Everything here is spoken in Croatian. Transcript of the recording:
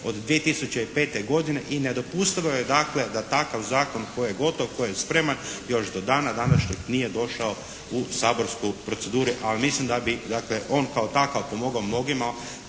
od 2005. godine i nedopustivo je da takav zakon koji je gotov, koji je spreman još do dana današnjeg nije došao u saborsku proceduru. Ali mislim da bi on kao takav pomogao mnogima